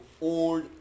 old